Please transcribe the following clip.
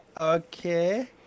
okay